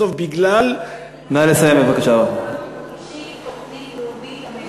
נשיק תוכנית לאומית.